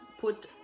put